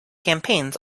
campaigns